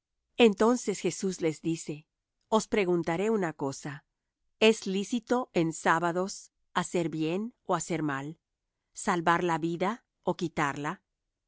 entonces jesús les dice os preguntaré un cosa es lícito en sábados hacer bien ó hacer mal salvar la vida ó quitarla